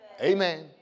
Amen